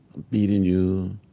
beating you,